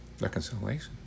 reconciliation